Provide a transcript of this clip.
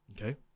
Okay